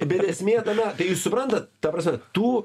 bet esmė tame tai jūs suprantat ta prasme tu